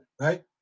right